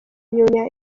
nyuma